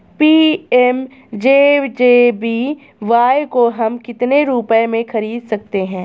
PMJJBY को हम कितने रुपयों में खरीद सकते हैं?